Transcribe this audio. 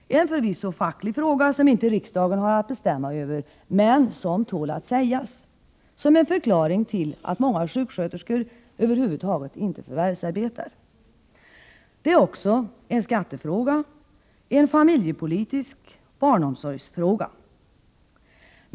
Det är förvisso en facklig fråga, som inte riksdagen har att bestämma över, men den tål ändå att anföras som en förklaring till att många sjuksköterskor inte förvärvsarbetar. Det är också en skattefråga och en familjepolitisk barnomsorgsfråga.